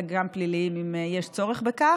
נהרג רוכב אופניים בן 50 בצומת מנחם בגין